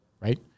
right